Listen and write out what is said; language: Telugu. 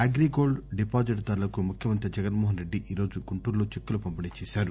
అగ్రిగోల్డ్ డిపాజిట్ దారులకు ముఖ్యమంత్రి జగన్మోహన్ రెడ్డి ఈరోజు గుంటూరులో చెక్కులు పంపిణీ చేశారు